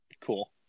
Cool